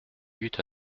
eut